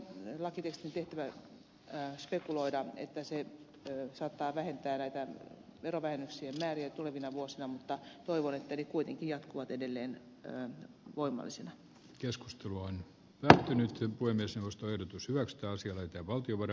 tietenkin on lakitekstin tehtävä spekuloida että se saattaa vähentää näitä verovähennyksien määriä tulevina vuosina mutta toivon että ne kuitenkin jatkuvat edelleen tänään voimallisin keskustelu on lähtenytkin voi myös nostoehdotus nostaa silmät ja voimallisina